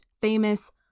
famous